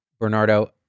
Bernardo